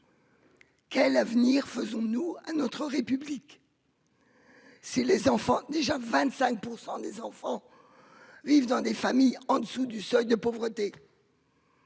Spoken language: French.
Quel avenir faisons-nous à notre République. Si les enfants déjà 25% des enfants. Vivent dans des familles en dessous du seuil de pauvreté.